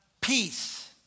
Peace